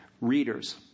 readers